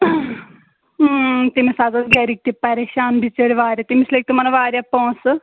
إں تٔمِس حظ ٲس گرِکۍ تہِ پریشان بِچٲرۍ واریاہ تٔمِس لٔگۍ تِمن واریاہ پونٛسہٕ